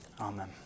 Amen